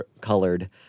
colored